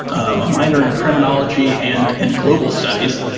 a minor in criminology and in global studies,